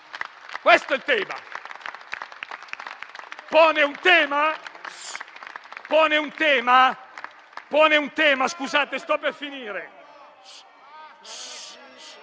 Questo è il tema